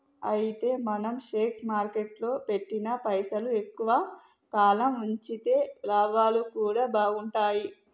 అయితే మనం షేర్ మార్కెట్లో పెట్టిన పైసలు ఎక్కువ కాలం ఉంచితే లాభాలు కూడా బాగుంటాయి